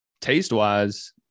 taste-wise